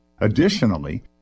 Additionally